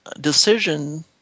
decision